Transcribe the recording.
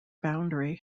boundary